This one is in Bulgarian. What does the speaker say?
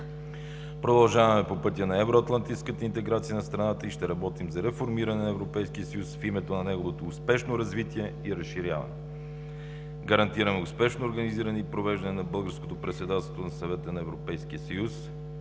Продължаваме по пътя на евроатлантическата интеграция на страната и ще работим за реформиране на Европейския съюз в името на неговото успешно развитие и разширяване. Гарантираме успешно организиране и провеждане на българското председателство на Съвета на Европейския съюз.